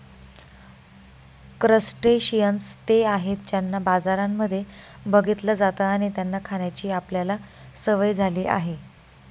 crustaceans ते आहेत ज्यांना बाजारांमध्ये बघितलं जात आणि त्यांना खाण्याची आपल्याला सवय झाली आहे